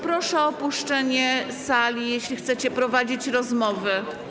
Proszę o opuszczenie sali, jeśli chcecie prowadzić rozmowy.